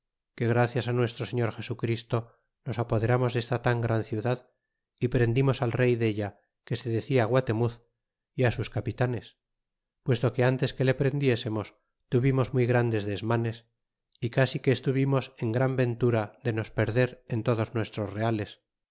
que gracias nuestro señor jesu cristo nos apoderamos desta tan gran ciudad y prendimos al rey della que se decía guatemuz é sus capitanes puesto que ntes que le prendiésemos tuvimos muy grandes desmanes é casi que estuvimos en gran ventura de nos perder en todos nuestros reales